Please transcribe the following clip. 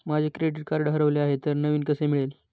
माझे credit card हरवले आहे तर नवीन कसे मिळेल?